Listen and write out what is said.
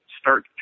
start